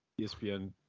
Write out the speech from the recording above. ESPN